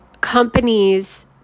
companies